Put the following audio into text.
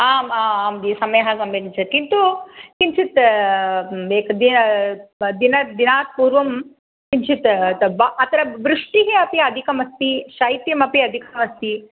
आम् आं जि सम्यक् सम्यक् च किन्तु किञ्चित् बेक् जि ब दिन दिनात् पूर्वं किञ्चित् ब अत्र वृष्टिः अपि अधिकम् अस्ति शैत्यम् अपि अधिकम् अस्ति